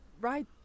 right